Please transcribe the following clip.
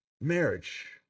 Marriage